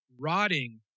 rotting